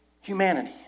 humanity